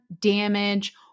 damage